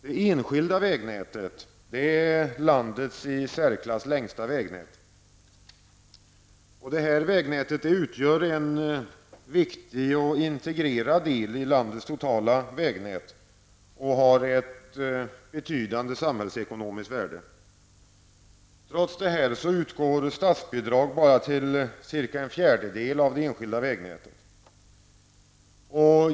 Det enskilda vägnätet är landets i särklass längsta vägnät. Det utgör en mycket viktig och integrerad del av landets totala vägnät och har ett betydande samhällsekonomiskt värde. Trots detta utgår statsbidrag bara till cirka en fjärdedel av de enskilda vägarna.